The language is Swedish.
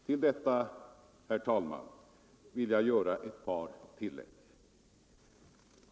Till detta, herr talman, vill jag göra ett par tillägg.